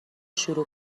شروع